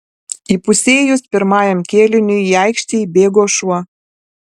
įpusėjus pirmajam kėliniui į aikštę įbėgo šuo